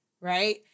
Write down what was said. Right